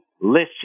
listen